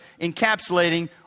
encapsulating